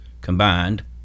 combined